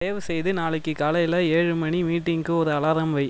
தயவுசெய்து நாளைக்கு காலையில் ஏழு மணி மீட்டிங்குக்கு ஒரு அலாரம் வை